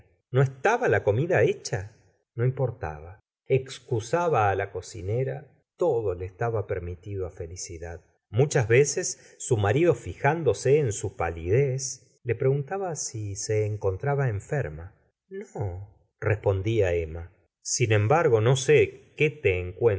no estaba la comida hecha no importaba excusaba á la cocinera todo le estaba permitido á felicidad muchas v eces su marido fijándose en su pálidez le preguntaba si se encontraba enferma no respondía emma sin embargo no sé qué